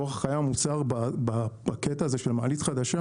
אורך חיי המוצר בקטע הזה של מעלית חדשה